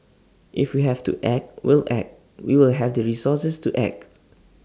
if we have to act we'll act we will have the resources to act